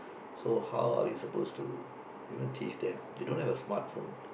so how are you suppose to even teach them they don't have a smart phone